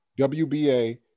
WBA